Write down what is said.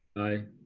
aye,